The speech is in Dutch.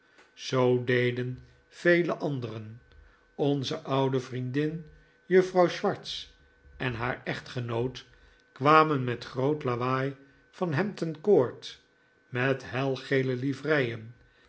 zoo deden vele anderen onze oude vriendin juffrouw swartz en haar echtgenoot kwamen met groot lawaai van hampton court met helgele livreien en